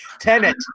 Tenant